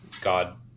God